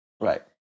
Right